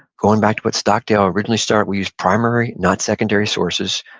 going back to what stockdale originally started, we use primary not secondary sources,